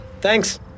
thanks